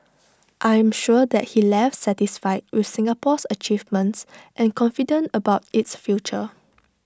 I am sure that he left satisfied with Singapore's achievements and confident about its future